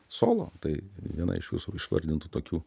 solo tai viena iš jūsų išvardintų tokių